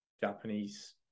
Japanese